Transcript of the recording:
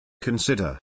Consider